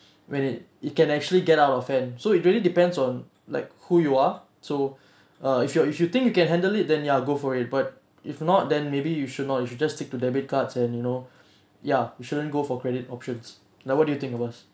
when it it can actually get out of hand so it really depends on like who you are so err if you if you think you can handle it then ya go for it but if not then maybe you should not you should just stick to debit cards and you know ya you shouldn't go for credit options now what do you think of bass